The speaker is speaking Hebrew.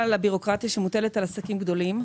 לבירוקרטיה שמוטלת על עסקים גדולים,